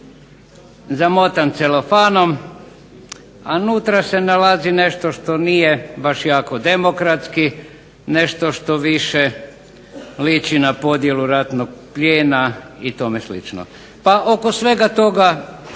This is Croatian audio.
zamotan celofanom a unutra se nalazi nešto što baš nije demokratski, nešto što liči na podjelu ratnog plijena i slično. Oko svega toga